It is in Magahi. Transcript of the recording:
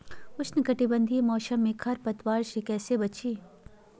उष्णकटिबंधीय मौसम में खरपतवार से कैसे बचिये?